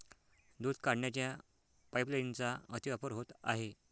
दूध काढण्याच्या पाइपलाइनचा अतिवापर होत आहे